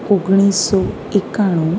ઓગણીસસો એકાણું